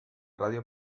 radio